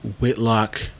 Whitlock